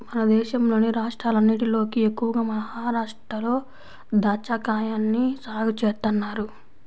మన దేశంలోని రాష్ట్రాలన్నటిలోకి ఎక్కువగా మహరాష్ట్రలో దాచ్చాకాయల్ని సాగు చేత్తన్నారు